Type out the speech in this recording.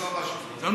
לא חשוב, נו.